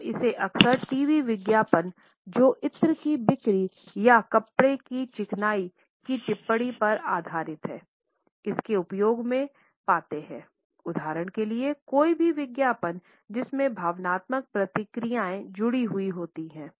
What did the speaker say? हम इसे अक्सर टीवी विज्ञापन जो इत्र की बिक्री या कपड़े की चिकनाई की टिप्पणियों पर आधारित हैं इसके उपयोग में पाते हैं उदाहरण के लिए कोई भी विज्ञापन जिसमें भावनात्मक प्रतिक्रिया जुड़ी हुई होती है